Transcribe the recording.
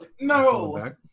No